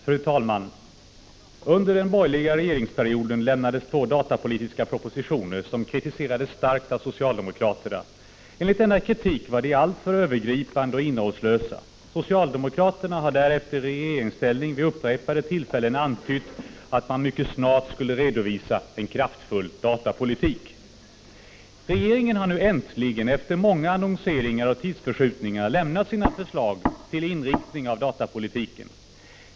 Fru talman! Under den borgerliga regeringsperioden lämnades två datapolitiska propositioner som kritiserades starkt av socialdemokraterna. Enligt denna kritik var de alltför övergripande och innehållslösa. Socialdemokraterna har därefter i regeringsställning vid upprepade tillfällen antytt att man mycket snart skulle redovisa en kraftfull datapolitik. Regeringen har nu äntligen efter många annonseringar och tidsförskjutningar lämnat sina förslag till inriktning av datapolitiken.